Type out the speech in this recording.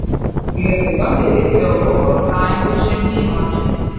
lietuva beveik europos sąjungos čempionė